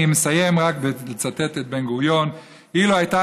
אני רק מסיים לצטט את בן-גוריון: אילו הייתה